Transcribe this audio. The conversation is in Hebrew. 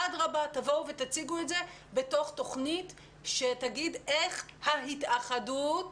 תבואו ותציגו את זה בתוך תוכנית שתגיד איך ההתאחדות